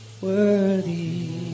worthy